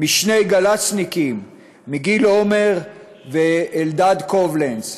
משני גל"צניקים, מגיל עומר ואלדד קובלנץ.